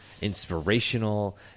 inspirational